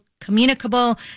communicable